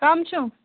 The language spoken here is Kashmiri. کَم چھُو